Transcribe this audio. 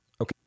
Okay